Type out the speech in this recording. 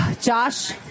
Josh